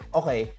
okay